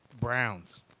Browns